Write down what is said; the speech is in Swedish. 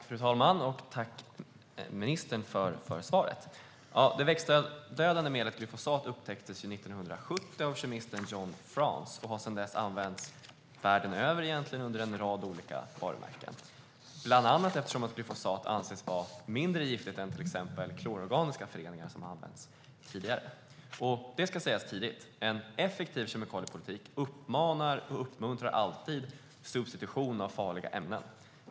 Fru talman! Tack, ministern, för svaret! Det växtdödande medlet glyfosat upptäcktes 1970 av kemisten John Franz. Det har sedan dess använts världen över under en rad olika varumärken, bland annat eftersom glyfosat anses vara mindre giftigt än till exempel klororganiska föreningar, som använts tidigare. Det ska tidigt sägas att en effektiv kemikaliepolitik alltid uppmuntrar och uppmanar till substitution av farliga ämnen.